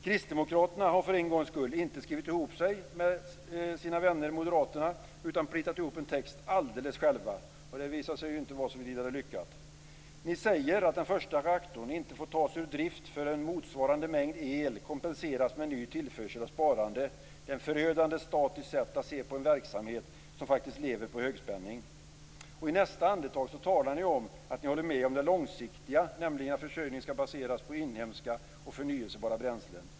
Kristdemokraterna har för en gångs skull inte skrivit ihop sig med sina vänner moderaterna, utan de har plitat ihop en text alldeles själva, och det visar sig ju inte vara så vidare lyckat. Ni säger att den första reaktorn inte får tas ur drift förrän motsvarande mängd el kompenseras med ny tillförsel och sparande. Det är ett förödande statiskt sätt att se på en verksamhet som lever på högspänning. I nästa andetag talar ni om att ni håller med om att försörjningen långsiktigt skall baseras på inhemska och förnyelsebara bränslen.